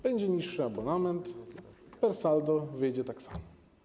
Będzie niższy abonament, per saldo wyjdzie tak samo.